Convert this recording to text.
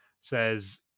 says